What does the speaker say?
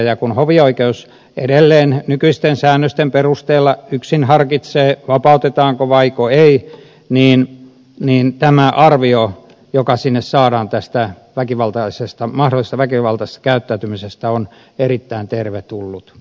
ja kun hovioikeus edelleen nykyisten säännösten perusteella yksin harkitsee vapautetaanko vaiko ei niin tämä arvio joka sinne saadaan mahdollisesta väkivaltaisesta käyttäytymisestä on erittäin tervetullut